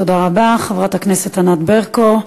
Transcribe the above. תודה רבה, חברת הכנסת ענת ברקו.